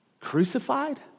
crucified